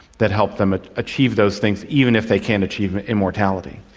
that help them ah achieve those things, even if they can't achieve immortality.